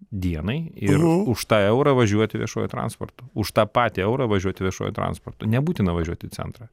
dienai ir už tą eurą važiuoti viešuoju transportu už tą patį eurą važiuoti viešuoju transportu nebūtina važiuoti į centrą